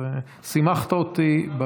שימחת אותי.